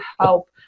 help